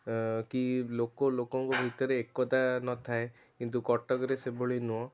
ଅ କି ଲୋକ ଲୋକଙ୍କ ଭିତରେ ଏକତା ନ ଥାଏ କିନ୍ତୁ କଟକରେ ସେଭଳି ନୁହଁ